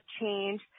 change